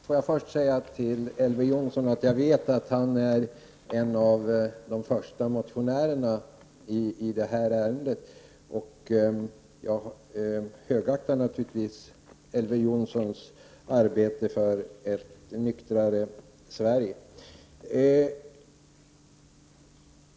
Fru talman! Får jag först till Elver Jonsson säga att jag vet att han är en av de första motionärerna i det här ärendet, och jag högaktar naturligtvis Elver Jonssons arbete för ett nyktrare Sverige.